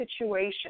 situation